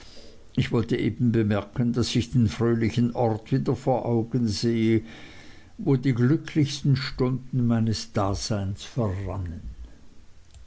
ich wollte eben bemerken daß ich den fröhlichen ort wieder vor augen sehe wo die glücklichsten stunden meines daseins verrannen